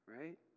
Right